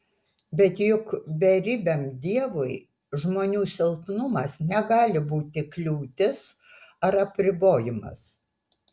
bet juk beribiam dievui žmonių silpnumas negali būti kliūtis ar apribojimas